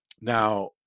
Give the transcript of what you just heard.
Now